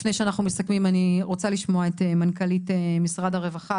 לפני שאנחנו מסכמים אני רוצה לשמוע את מנכ"לית משרד הרווחה.